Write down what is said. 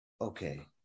okay